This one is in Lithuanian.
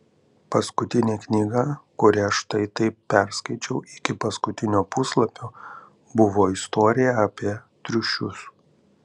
paskutinė knyga kurią štai taip perskaičiau iki paskutinio puslapio buvo istorija apie triušius